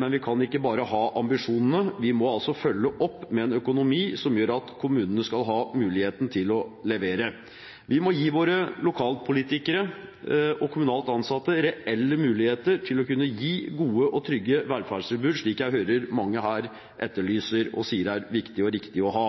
men vi kan ikke bare ha ambisjoner, vi må følge opp med en økonomi som gjør at kommunene har mulighet til å levere. Vi må gi våre lokalpolitikere og kommunalt ansatte reelle muligheter til å kunne gi gode og trygge velferdstilbud, slik jeg hører mange her etterlyser og sier er viktig og riktig å ha.